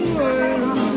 world